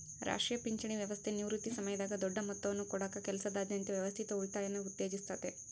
ರಾಷ್ಟ್ರೀಯ ಪಿಂಚಣಿ ವ್ಯವಸ್ಥೆ ನಿವೃತ್ತಿ ಸಮಯದಾಗ ದೊಡ್ಡ ಮೊತ್ತವನ್ನು ಕೊಡಕ ಕೆಲಸದಾದ್ಯಂತ ವ್ಯವಸ್ಥಿತ ಉಳಿತಾಯನ ಉತ್ತೇಜಿಸುತ್ತತೆ